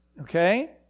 okay